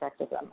sexism